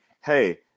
hey